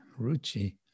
Ruchi